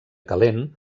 calent